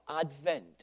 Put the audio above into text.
Advent